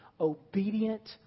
obedient